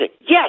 Yes